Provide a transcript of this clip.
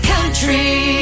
Country